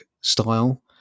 style